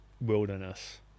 wilderness